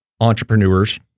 entrepreneurs